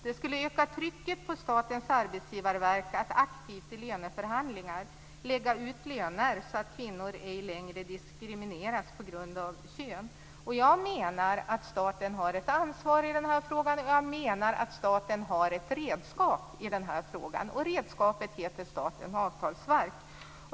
Den skulle öka trycket på Statens arbetsgivarverk att aktivt vid löneförhandlingar lägga ut löner så att kvinnor ej längre diskrimineras på grund av kön. Jag menar att staten har ett ansvar i den här frågan och även att staten har ett redskap i den här frågan, nämligen Statens avtalsverk.